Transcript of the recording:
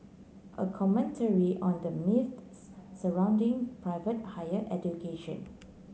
a commentary on the myths surrounding private higher education